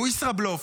הוא ישראבלוף.